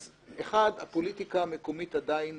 אז אחד, הפוליטיקה המקומית עדיין